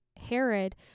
Herod